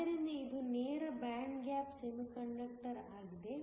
ಆದ್ದರಿಂದ ಇದು ನೇರ ಬ್ಯಾಂಡ್ ಗ್ಯಾಪ್ ಸೆಮಿಕಂಡಕ್ಟರ್ ಆಗಿದೆ